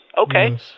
Okay